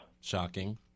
shocking